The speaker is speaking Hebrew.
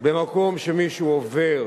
במקום שמישהו עובר